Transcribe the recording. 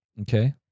Okay